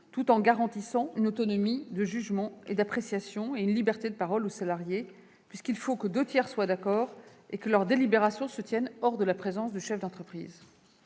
tout en garantissant aux salariés une autonomie de jugement et d'appréciation et une liberté de parole, puisqu'il faut que deux tiers d'entre eux soient d'accord et que leurs délibérations se tiennent hors de la présence du chef d'entreprise.